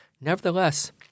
Nevertheless